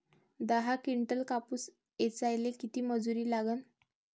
दहा किंटल कापूस ऐचायले किती मजूरी लागन?